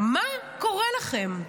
מה קורה לכם?